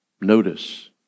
notice